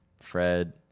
Fred